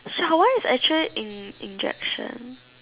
ya why it's actually in injection